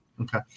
Okay